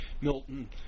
Milton